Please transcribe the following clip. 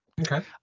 okay